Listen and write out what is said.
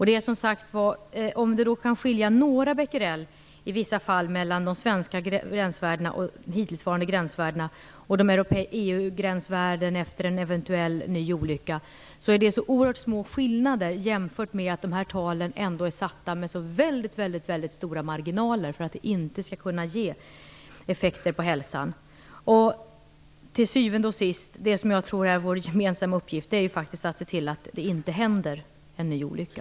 Då kan det i vissa fall skilja några becquerel mellan de svenska hittillsvarande gränsvärdena och EU:s gränsvärden efter en eventuell ny olycka, men det är så oerhört små skillnader jämfört med att de här talen är satta med mycket stora marginaler för att det inte skall kunna ge effekter på hälsan. Till syvende och sist tror jag att det är vår gemensamma uppgift att se till att det inte händer en ny olycka.